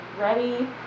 ready